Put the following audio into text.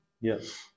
Yes